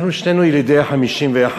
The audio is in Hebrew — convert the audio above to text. אנחנו שנינו ילידי 1951,